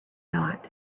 thought